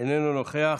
איננו נוכח,